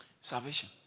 Salvation